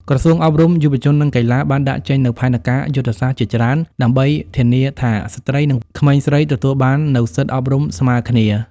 ក្រសួងអប់រំ យុវជន និងកីឡាបានដាក់ចេញនូវផែនការយុទ្ធសាស្ត្រជាច្រើន ដើម្បីធានាថា ស្ត្រីនិងក្មេងស្រីទទួលបាននូវសិទ្ធិអប់រំស្មើគ្នា។